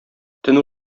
төн